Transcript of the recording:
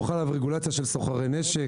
לא חלה עליו רגולציה של סוחרי נשק,